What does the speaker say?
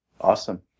Awesome